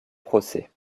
procès